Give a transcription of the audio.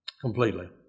completely